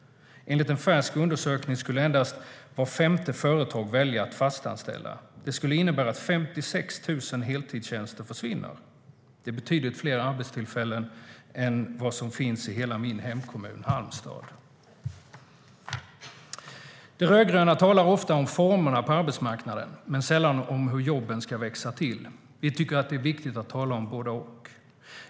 Enligt en färsk undersökning skulle endast vart femte företag välja att fastanställa. Det skulle innebära att 56 000 heltidstjänster försvinner. Det är betydligt fler arbetstillfällen än vad som finns i hela min hemkommun Halmstad.De rödgröna talar ofta om formerna på arbetsmarknaden men sällan om hur jobben ska växa till. Vi tycker att det är viktigt att tala om både och.